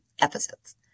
episodes